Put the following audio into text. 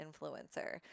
influencer